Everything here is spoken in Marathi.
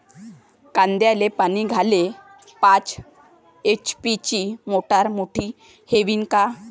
कांद्याले पानी द्याले पाच एच.पी ची मोटार मोटी व्हईन का?